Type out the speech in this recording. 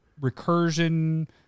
Recursion